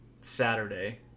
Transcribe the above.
Saturday